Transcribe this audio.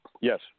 yes